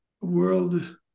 world